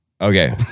Okay